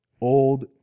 old